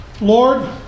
Lord